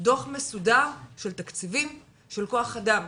דו"ח מסודר של תקציבים, של כוח אדם.